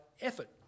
effort